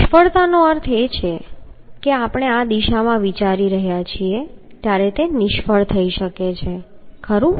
નિષ્ફળતાનો અર્થ એ છે કે આપણે આ દિશામાં વિચારી રહ્યા છીએ ત્યારે તે નિષ્ફળ થઈ શકે છે ખરું